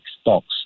stocks